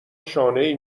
شانهای